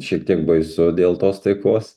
šiek tiek baisu dėl tos taikos